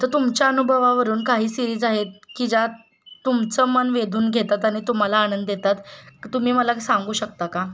तर तुमच्या अनुभवावरून काही सिरीज आहेत की ज्यात तुमचं मन वेधून घेतात आणि तुम्हाला आनंद देतात तुम्ही मला सांगू शकता का